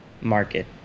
market